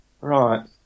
right